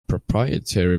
proprietary